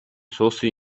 суусан